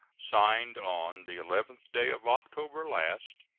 signed on the eleventh day of october last,